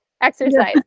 exercise